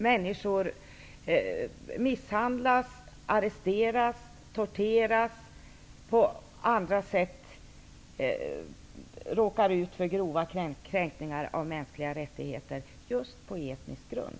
Människor misshandlas, arresteras, torteras och råkar på andra sätt ut för grova kränkningar av mänskliga rättigheter, just på etnisk grund.